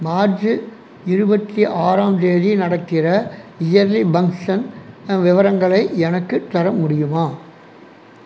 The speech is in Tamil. மார்ச் இருபத்து ஆறாம் தேதி நடக்கிற இயர்லி ஃபங்க்ஷன் விவரங்களை எனக்குத் தர முடியுமா